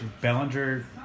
Bellinger